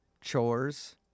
chores